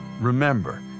Remember